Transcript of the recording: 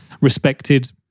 respected